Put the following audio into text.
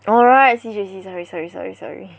oh right C_J_C sorry sorry sorry sorry